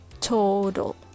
total